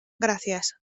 gracias